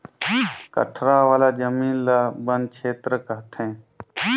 कठरा वाला जमीन ल बन छेत्र कहथें